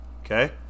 Okay